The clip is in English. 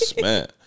Man